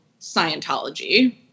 Scientology